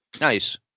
Nice